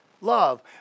love